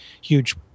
huge